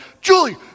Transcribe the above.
Julie